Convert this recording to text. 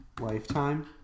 lifetime